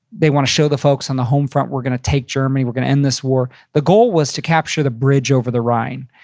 they wanna show the folks on the home front, we're gonna take germany. we're gonna end this war. the goal was to capture the bridge over the rhine.